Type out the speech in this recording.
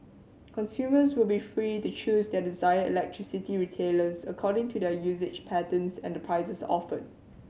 consumers will be free to choose their desired electricity retailers according to their usage patterns and the prices offered